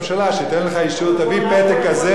תביא פתק כזה בכתב,